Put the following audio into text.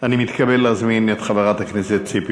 אני מתכבד להזמין את חברת הכנסת ציפי